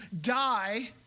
die